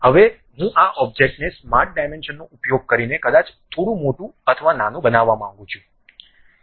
હવે હું આ ઑબ્જેક્ટને સ્માર્ટ ડાયમેન્શનનો ઉપયોગ કરીને કદાચ થોડું મોટું અથવા નાનું બનાવવા માંગું છું